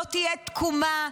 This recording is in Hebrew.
לא תהיה תקומה,